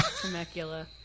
Temecula